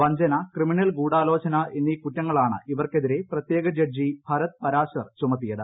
വഞ്ചന ക്രിമിനൽ ഗൂഡാലോചന എന്നീ കുറ്റങ്ങളാണ് ഇവർക്കെതിരെ പ്രത്യേക ജഡ്ജി ഭരത് പരാശർ ചുമത്തിയത്